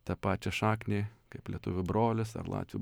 tą pačią šaknį kaip lietuvių brolis ar latvių